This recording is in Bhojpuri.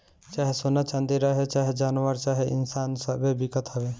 चाहे सोना चाँदी रहे, चाहे जानवर चाहे इन्सान सब्बे बिकत हवे